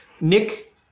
Nick